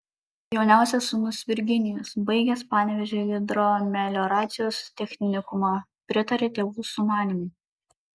jauniausias sūnus virginijus baigęs panevėžio hidromelioracijos technikumą pritarė tėvų sumanymui